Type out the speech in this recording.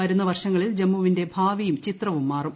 വരുന്ന വർഷങ്ങളിൽ ജമ്മുവിന്റെ ഭാവിയും ചിത്രവും മാറും